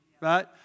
right